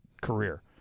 career